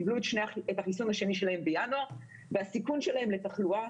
קיבלו את החיסון השני שלהם בינואר והסיכון שלהם לתחלואה